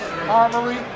armory